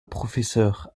professeur